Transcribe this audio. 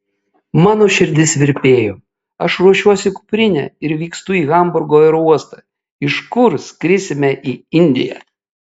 mano širdis virpėjo aš ruošiuosi kuprinę ir vykstu į hamburgo aerouostą iš kur skrisime į indiją